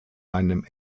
einem